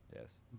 Yes